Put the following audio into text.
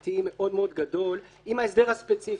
חוקתי מאוד מאוד גדול עם ההסדר הספציפי,